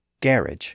garage